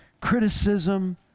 criticism